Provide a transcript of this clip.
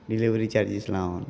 delivery charges लावन